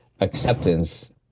acceptance